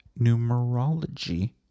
numerology